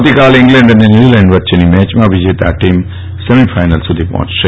આવતીકાલે ઇંગ્લેન્ડ અને ન્યૂઝીલેન્ડ વચ્ચેની મેચમાં વિજેતા ટીમ સેમીફાઇનલ સુધી પહોંચશે